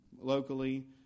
locally